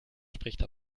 spricht